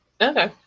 Okay